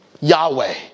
Yahweh